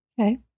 Okay